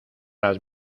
las